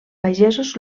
pagesos